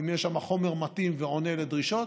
אם יש שם חומר מתאים ועונה לדרישות,